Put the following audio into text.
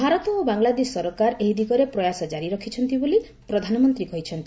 ଭାରତ ଓ ବାଂଲାଦେଶ ସରକାର ଏହି ଦିଗରେ ପ୍ରୟାସ ଜାରି ରଖିଛନ୍ତି ବୋଲି ପ୍ରଧାନମନ୍ତ୍ରୀ କହିଛନ୍ତି